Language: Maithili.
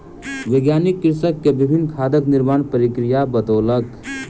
वैज्ञानिक कृषक के विभिन्न खादक निर्माण प्रक्रिया बतौलक